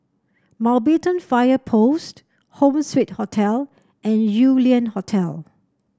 Mountbatten Fire Post Home Suite Hotel and Yew Lian Hotel